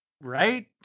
Right